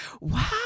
wow